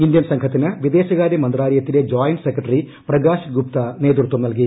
Indian സംഘത്തിന് വിദേശ മന്ത്രാലയത്തിലെ ജോയിന്റ് സെക്രട്ടറി പ്രകാശ് ഗുപ്ത നേതൃത്വം നൽകി